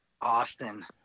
Austin